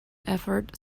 effort